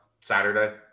Saturday